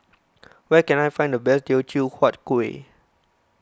where can I find the best Teochew Huat Kueh